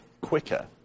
quicker